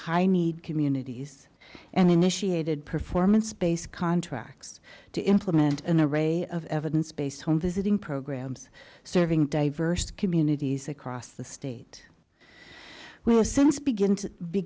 high need communities and initiated performance based contracts to implement an array of evidence based on visiting programs serving diverse communities across the state we are since begin to be